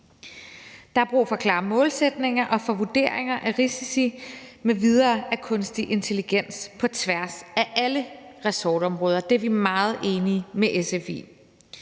Der er brug for klare målsætninger og for vurderinger af risici m.v. af kunstig intelligens på tværs af alle ressortområder; det er vi meget enige med SF